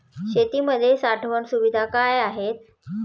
शेतीमध्ये साठवण सुविधा काय आहेत?